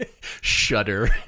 Shudder